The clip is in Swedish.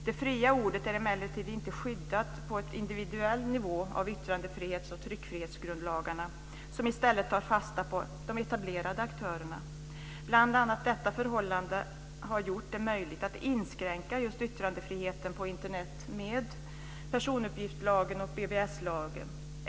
Det fria ordet är emellertid inte skyddat på individuell nivå av yttrandefrihets och tryckfrihetsgrundlagarna, som i stället tar fasta på de etablerade aktörerna. Bl.a. detta förhållande har gjort det möjligt att inskränka yttrandefriheten på Internet med personuppgiftslagen och BBS-lagen.